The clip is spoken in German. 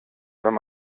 wenn